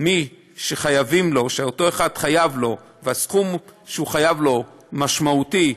מי שחייבים לו והסכום שחייבים לו הוא משמעותי,